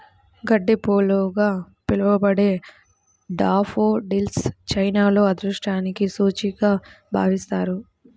గడ్డిపూలుగా పిలవబడే డాఫోడిల్స్ చైనాలో అదృష్టానికి సూచికగా భావిస్తారు